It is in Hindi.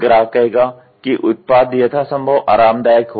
ग्राहक कहेगा कि उत्पाद यथासंभव आरामदायक हो